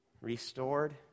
Restored